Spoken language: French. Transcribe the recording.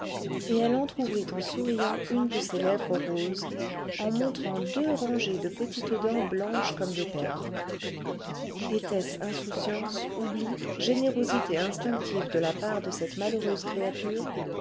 et elle entr'ouvrit en souriant une de ses lèvres roses en montrant deux rangées de petites dents blanches comme des perles était-ce insouciance oubli générosité instinctive de la part de cette malheureuse créature